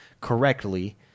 correctly